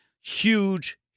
huge